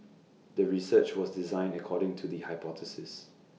the research was designed according to the hypothesis